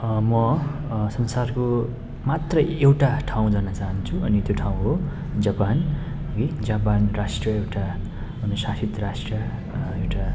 म संसारको मात्र एउटा ठाउँ जान चाँहन्छु अनि त्यो ठाउँ हो जपान है जपान राष्ट्र एउटा अनुशासित राष्ट्र एउटा